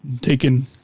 taken